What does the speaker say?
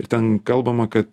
ir ten kalbama kad